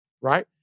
right